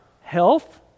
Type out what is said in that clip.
health